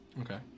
Okay